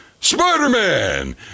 Spider-Man